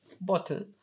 bottle